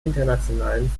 internationalen